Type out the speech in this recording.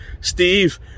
Steve